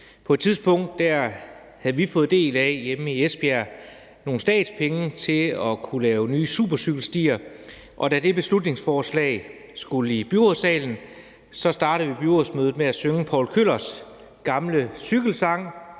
På et tidspunkt havde vi i Esbjerg fået del i nogle statspenge til at kunne lave nye supercykelstier, og da det beslutningsforslag skulle i byrådssalen, startede vi byrådsmødet med at synge Povl Kjøllers gamle cykelsang